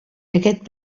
aquest